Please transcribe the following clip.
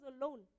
alone